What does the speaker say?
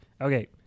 Okay